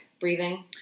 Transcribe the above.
breathing